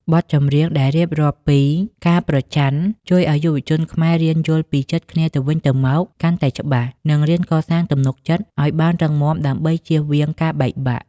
បទចម្រៀងដែលរៀបរាប់ពី "ការប្រច័ណ្ឌ" ជួយឱ្យយុវវ័យខ្មែររៀនយល់ពីចិត្តគ្នាទៅវិញទៅមកកាន់តែច្បាស់ និងរៀនកសាងទំនុកចិត្តឱ្យបានរឹងមាំដើម្បីចៀសវាងការបែកបាក់។